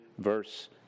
Verse